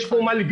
יש פה מלבישות.